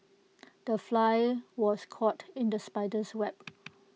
the fly was caught in the spider's web